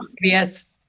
Yes